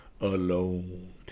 Alone